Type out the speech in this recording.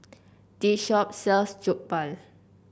this shop sells Jokbal